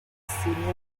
senior